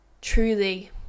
truly